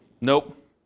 Nope